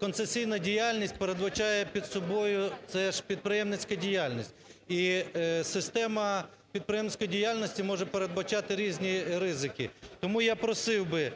концесійна діяльність передбачає під собою це ж підприємницька діяльність, і система підприємницької діяльності може передбачати різні ризики. Тому я просив би